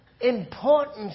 important